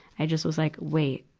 i just was like, wait.